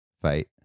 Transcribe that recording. fight